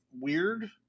weird